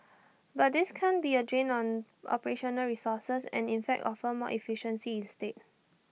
but this can't be A drain on operational resources and in fact offer more efficiency instead